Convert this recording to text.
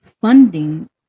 funding